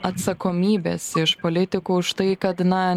atsakomybės iš politikų už tai kad na